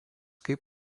kaip